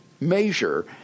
measure